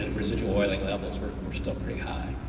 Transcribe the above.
residual oiling levels were were still pretty high.